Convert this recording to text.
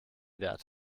wert